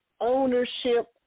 ownership